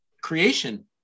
creation